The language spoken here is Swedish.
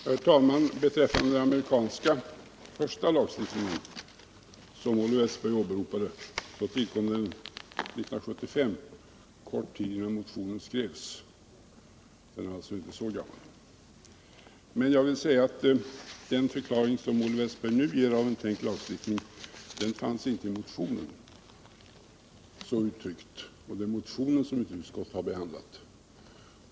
Herr talman! Den amerikanska första lagstiftningen, som Olle Wästberg åberopade, tillkom 1975, kort tid innan motionen skrevs. Den är alltså inte så gammal. Den förklaring som Olle Wästberg nu ger till en tänkt lagstiftning fanns inte i motionen som är tryckt, och det är motionen som utrikesutskottet har behandlat.